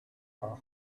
are